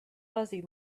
fuzzy